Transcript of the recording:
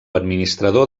administrador